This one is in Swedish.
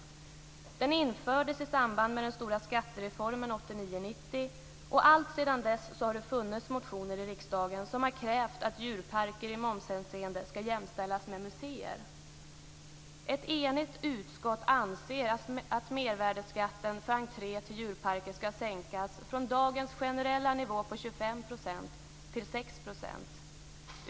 Den infördes i samband med den stora skattereformen 1989/90 och alltsedan dess har det funnits motioner i riksdagen med krav på att djurparker i momshänseende ska jämställas med museer. Ett enigt utskott anser att mervärdesskatten på entréavgifter till djurparker ska sänkas från dagens generella nivå på 25 % till 6 %.